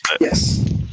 Yes